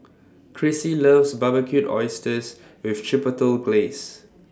Chrissie loves Barbecued Oysters with Chipotle Glaze